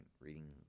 reading